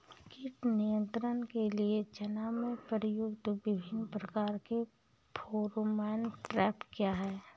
कीट नियंत्रण के लिए चना में प्रयुक्त विभिन्न प्रकार के फेरोमोन ट्रैप क्या है?